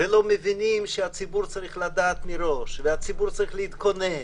ולא מבינים שהציבור צריך לדעת מראש והציבור צריך להתכונן